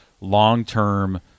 long-term